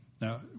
Now